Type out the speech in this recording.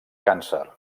càncer